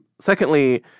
Secondly